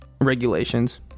regulations